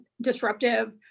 disruptive